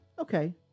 Okay